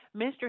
Mr